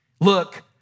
Look